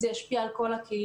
זה ישפיע על כל הקהילה,